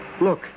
Look